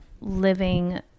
living